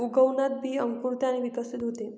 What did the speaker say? उगवणात बी अंकुरते आणि विकसित होते